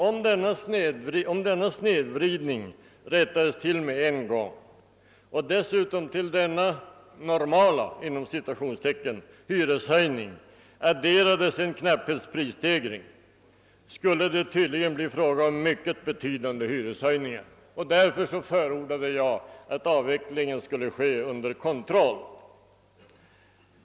Om denna snedvridning rättades till med en gång och dessutom till denna normala hyreshöjning adderades en knapphetsprisstegring, skulle det tydligen bli fråga om mycket betydande hyreshöjningar. Därför förordade jag att avvecklingen skulle ske under kontroll.